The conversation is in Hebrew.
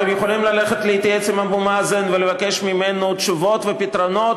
אתם יכולים ללכת להתייעץ עם אבו מאזן ולבקש ממנו תשובות ופתרונות.